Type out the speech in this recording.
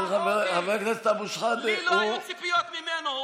אבל חבר הכנסת אבו שחאדה, לי לא היו ציפיות ממנו.